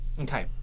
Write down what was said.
Okay